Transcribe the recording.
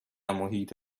محیط